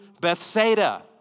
Bethsaida